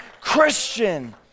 Christian